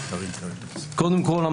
קודם כול,